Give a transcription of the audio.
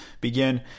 begin